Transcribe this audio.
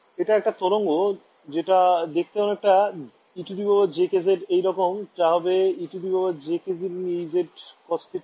এটা একটা তরঙ্গ যেটা দেখতে অনেকটা ejkz z এই রকম তা হবে ejk0ez cos θ z